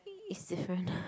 it is different